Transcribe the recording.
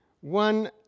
one